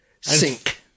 sink